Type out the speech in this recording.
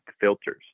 filters